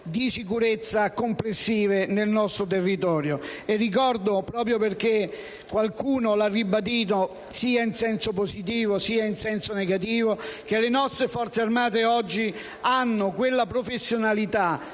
di sicurezza nel nostro territorio. Ricordo, proprio perché qualcuno lo ha ribadito sia in senso positivo che in senso negativo, che le nostre Forze armate oggi hanno quella professionalità